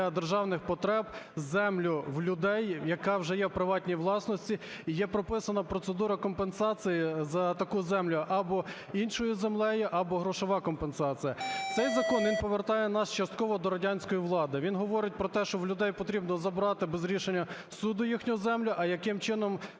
державних потреб землю в людей, яка вже є у приватній власності, і є прописана процедура компенсації за таку землю або іншою землею, або грошова компенсація. Цей закон, він повертає нас частково до радянської влади, він говорить про те, що в людей потрібно забрати без рішення суду їхню землю, а яким чином